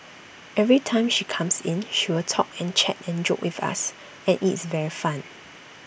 every time she comes in she will talk and chat and joke with us and IT is very fun